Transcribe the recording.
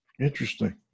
Interesting